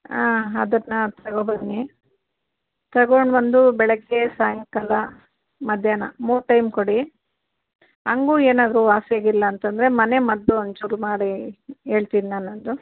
ಹಾಂ ಅದನ್ನು ತಗೋಬನ್ನಿ ತಗೊಂಡು ಬಂದು ಬೆಳಗ್ಗೆ ಸಾಯಂಕಾಲ ಮಧ್ಯಾಹ್ನ ಮೂರು ಟೈಮ್ ಕೊಡಿ ಹಂಗು ಏನಾದರು ವಾಸಿ ಆಗಿಲ್ಲಾಂತಂದರೆ ಮನೆ ಮದ್ದು ಒಂಚೂರು ಮಾಡಿ ಹೇಳ್ತಿನ್ ನಾನೊಂದು